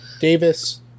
davis